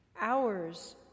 Hours